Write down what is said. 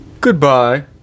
Goodbye